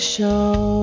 Show